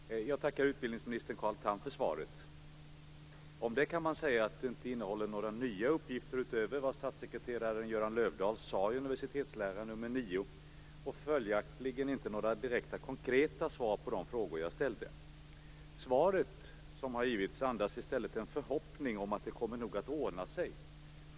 Fru talman! Jag tackar utbildningsminister Carl Tham för svaret. Om det kan man säga att det inte innehåller några nya uppgifter utöver vad statssekreterare Göran Löfdahl sade i Universitetsläraren nr 9, och följaktligen inte några konkreta svar på de frågor jag ställde. Svaret andas i stället en förhoppning om att det nog kommer att ordna sig.